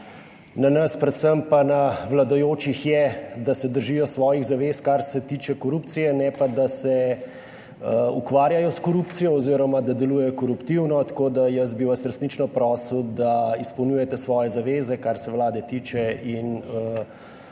Na nas, predvsem pa na vladajočih je, da se držijo svojih zavez kar se tiče korupcije, ne pa da se ukvarjajo s korupcijo, oz. da delujejo koruptivno. Tako, da jaz bi vas resnično prosil, da izpolnjujete svoje zaveze, kar se Vlade tiče in